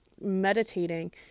meditating